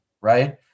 right